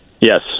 Yes